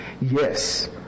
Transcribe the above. Yes